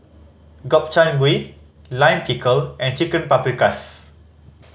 Gobchang Gui Lime Pickle and Chicken Paprikas